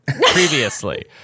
previously